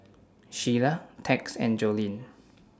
Shiela Tex and Joleen